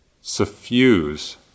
suffuse